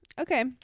okay